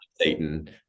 Satan